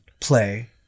play